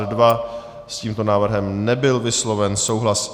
S tímto návrhem nebyl vysloven souhlas.